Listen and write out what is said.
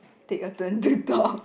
take a turn to talk